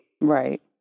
Right